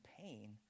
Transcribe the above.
pain